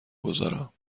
گذارم